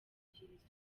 udukingirizo